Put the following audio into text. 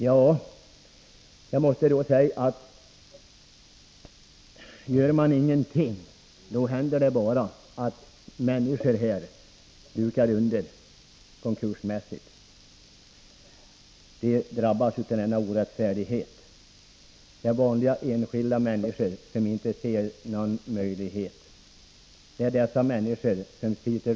Jag måste säga att gör man ingenting, då händer det bara att människor dukar under, blir konkursmässiga, när de drabbas av denna orättfärdighet. Det är vanliga enskilda människor, som inte ser någon möjlighet. De känner sig rättslösa.